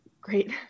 great